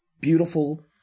beautiful